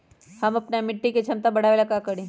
हम अपना मिट्टी के झमता बढ़ाबे ला का करी?